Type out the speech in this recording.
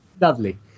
lovely